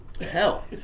hell